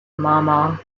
mama